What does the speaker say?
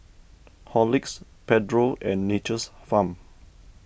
Horlicks Pedro and Nature's Farm